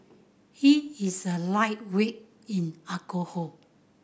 he is a lightweight in alcohol